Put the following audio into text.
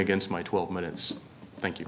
against my twelve minutes thank you